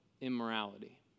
immorality